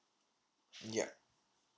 mm ya